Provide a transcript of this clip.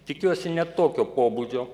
tikiuosi ne tokio pobūdžio